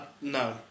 No